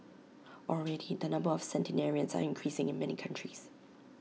already the number of centenarians are increasing in many countries